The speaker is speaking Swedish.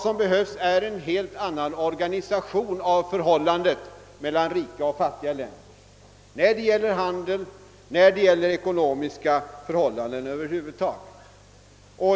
Det behövs en helt annan organisation då det gäller förhållandena mellan rika och fattiga länder i fråga om handel och ekonomi över huvud taget.